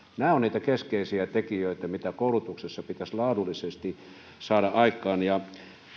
nämä ovat niitä keskeisiä tekijöitä mitä koulutuksessa pitäisi laadullisesti saada aikaan